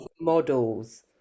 models